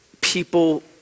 people